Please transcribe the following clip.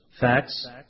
Facts